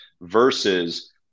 versus